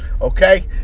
Okay